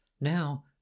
now